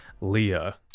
Leah